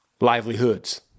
livelihoods